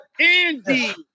Andy